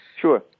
Sure